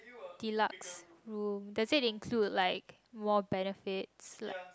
deluxe room does it include like more benefit like